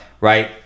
right